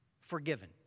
forgiven